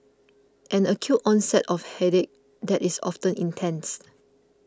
an acute onset of headache that is often intense